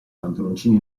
pantaloncini